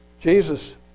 Jesus